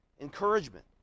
encouragement